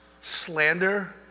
slander